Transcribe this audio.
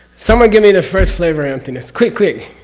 someone give me the first flavor emptiness? quick quick!